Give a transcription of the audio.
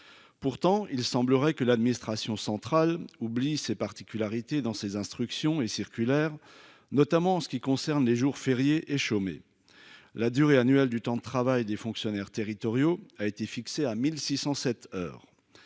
Pourtant, il semblerait que l'administration centrale oublie ses particularités dans ses instructions et circulaires, notamment en ce qui concerne les jours fériés et chômés. La durée annuelle du temps de travail des fonctionnaires territoriaux a été fixé à 1607 heures.